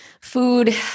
food